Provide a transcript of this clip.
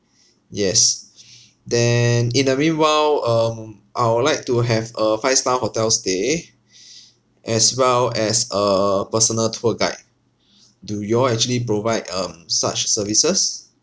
yes then in the meanwhile um I would like to have a five star hotel stay as well as a personal tour guide do you all actually provide um such services